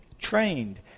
trained